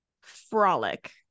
frolic